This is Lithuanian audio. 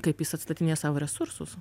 kaip jis atstatinėja savo resursus